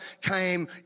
came